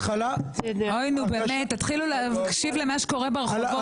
תתחילו להקשיב למה שקורה ברחובות.